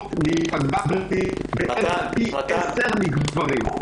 נוטות להיפגע יותר פי עשרה מגברים.